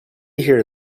hear